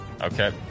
Okay